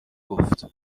گفت